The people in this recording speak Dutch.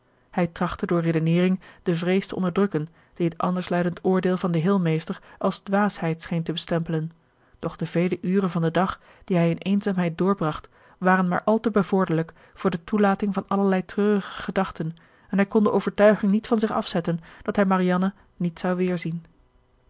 hij trachtte door redeneering de vrees te onderdrukken die het andersluidend oordeel van den heelmeester als dwaasheid scheen te stempelen doch de vele uren van den dag die hij in eenzaamheid doorbracht waren maar al te bevorderlijk voor de toelating van allerlei treurige gedachten en hij kon de overtuiging niet van zich afzetten dat hij marianne niet zou weerzien